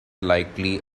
likely